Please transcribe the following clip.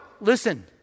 listen